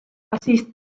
asistió